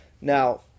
Now